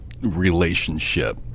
relationship